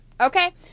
Okay